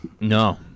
No